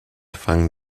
fangen